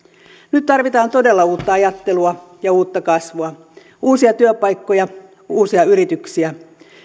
nyt tarvitaan todella uutta ajattelua ja uutta kasvua uusia työpaikkoja uusia yrityksiä